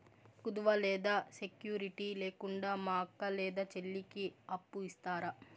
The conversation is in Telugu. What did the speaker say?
కుదువ లేదా సెక్యూరిటి లేకుండా మా అక్క లేదా చెల్లికి అప్పు ఇస్తారా?